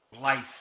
life